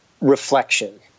reflection